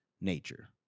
nature